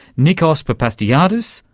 nikos papastergiadis,